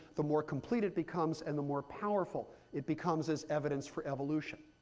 the more complete it becomes, and the more powerful it becomes as evidence for evolution.